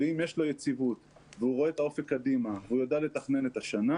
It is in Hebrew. ואם יש לו יציבות והוא רואה את האופק קדימה והוא יודע לתכנן את השנה,